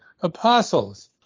apostles